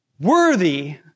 Worthy